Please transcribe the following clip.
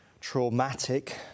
traumatic